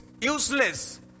useless